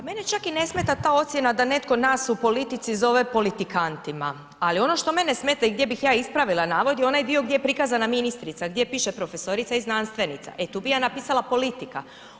Pa mene čak i ne smeta da ocjena da netko nas u politici zove politikantima, ali ono što mene smeta i gdje bih ja ispravila navod i onaj dio gdje je prikazana ministrica gdje piše profesorica i znanstvenica, e tu bih ja napisala politika.